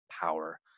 power